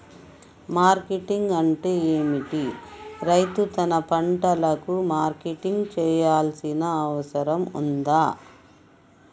Marketing అంటే ఏమిటి? రైతు తన పంటలకు మార్కెటింగ్ చేయాల్సిన అవసరం ఉందా?